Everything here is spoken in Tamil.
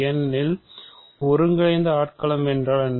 ஏனெனில் ஒருங்கிணைந்த களம் என்றால் என்ன